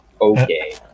okay